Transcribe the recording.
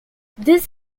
this